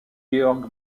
georg